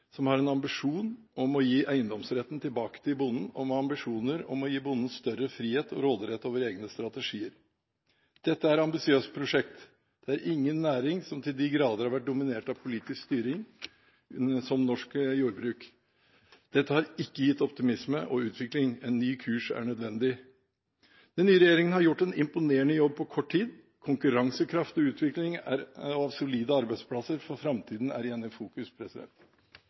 som har en ambisjon om å gi eiendomsretten tilbake til bonden, og med ambisjoner om å gi bonden større frihet og råderett over egne strategier. Dette er et ambisiøst prosjekt. Det er ingen næring som til de grader har vært dominert av politisk styring som norsk jordbruk. Dette har ikke gitt optimisme og utvikling. En ny kurs er nødvendig. Den nye regjeringen har gjort en imponerende jobb på kort tid. Konkurransekraft og utvikling og solide arbeidsplasser for framtiden er igjen i fokus.